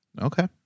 Okay